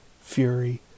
fury